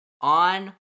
on